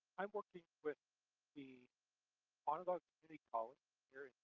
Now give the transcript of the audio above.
i'm working with the onondaga community college here